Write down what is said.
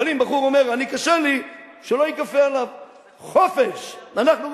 אבל אם בחור אומר: אני, קשה לי, שלא ייכפה עליו.